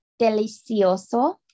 delicioso